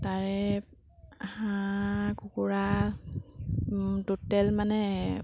তাৰে হাঁহ কুকুৰা টুটেল মানে